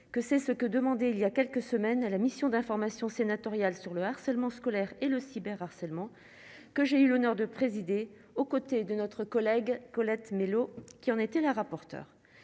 que c'est ce que demandait il y a quelques semaines à la mission d'information sénatoriale sur le harcèlement scolaire et le cyber harcèlement que j'ai eu l'honneur de présider aux côtés de notre collègue Colette Mélot qui en était la rapporteur